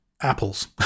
apples